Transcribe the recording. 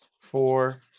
four